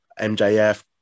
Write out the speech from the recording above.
MJF